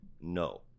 no